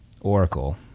Oracle